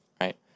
right